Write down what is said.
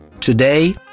Today